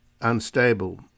unstable